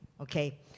okay